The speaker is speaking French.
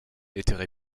étaient